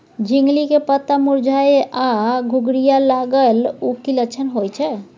झिंगली के पत्ता मुरझाय आ घुघरीया लागल उ कि लक्षण होय छै?